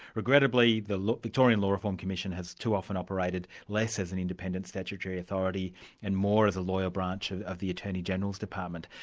regrettably the victorian law reform commission has too often operated less as an independent statutory authority and more as a lawyer branch of of the attorney-general's department.